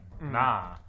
nah